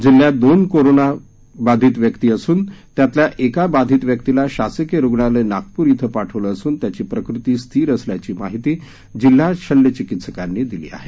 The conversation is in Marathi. जिल्ह्यात दोन व्यक्तींना कोरोनाची लागण झाली असून यातल्या एका बाधित व्यक्तीला शासकीय रुग्णालय नागपूर इथं पाठवलं असून त्याची प्रकृती स्थिर असल्याची माहिती जिल्हा शल्य चिकित्सकांनी दिली आहे